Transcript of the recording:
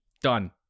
Done